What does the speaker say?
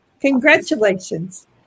Congratulations